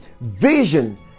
vision